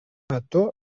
metu